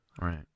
Right